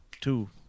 two